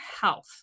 health